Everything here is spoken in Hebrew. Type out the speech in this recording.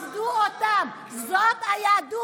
ריבונו של עולם, תכבדו אותם, זאת היהדות.